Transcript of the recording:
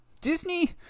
Disney